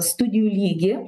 studijų lygį